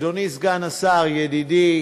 אדוני סגן השר, ידידי